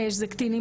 תודה רבה.